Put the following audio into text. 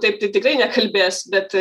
taip tai tikrai nekalbės bet